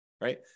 right